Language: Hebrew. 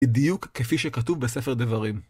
בדיוק כפי שכתוב בספר דברים.